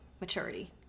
maturity